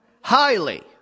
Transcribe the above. Highly